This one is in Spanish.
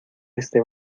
este